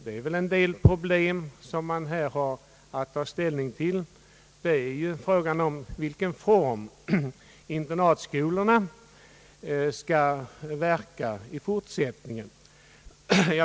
Det är väl en del problem att ta ställning till, exempelvis frågan om i vilken form internatskolorna skall verka i framtiden.